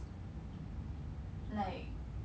like